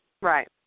Right